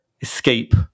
escape